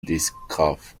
discography